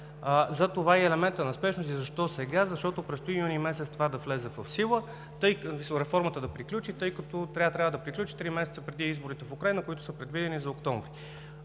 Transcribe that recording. затова е и елементът на спешност и – защо сега? Защото предстои месец юни това да влезе в сила, реформата да приключи. Тя трябва да приключи три месеца преди изборите в Украйна, които са предвидени за октомври.